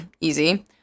Easy